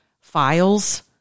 files